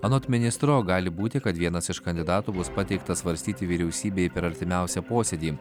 anot ministro gali būti kad vienas iš kandidatų bus pateiktas svarstyti vyriausybei per artimiausią posėdį